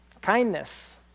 Kindness